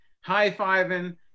high-fiving